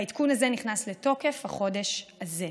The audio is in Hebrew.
והעדכון הזה נכנס לתוקף החודש הזה.